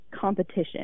competition